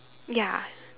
ya